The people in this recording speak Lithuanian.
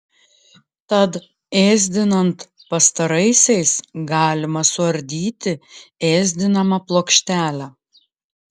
tad ėsdinant pastaraisiais galima suardyti ėsdinamą plokštelę